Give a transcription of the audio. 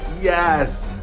yes